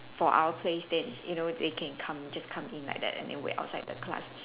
for our place they you know they can come just come in like that and then wait outside the class